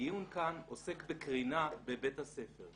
הדיון כאן עוסק בקרינה בבית הספר.